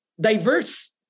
diverse